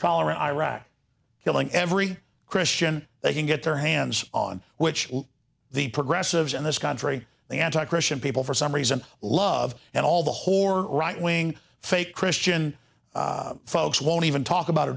tolerant iraq killing every christian they can get their hands on which the progressives in this country the anti christian people for some reason love and all the whore right wing fake christian folks won't even talk about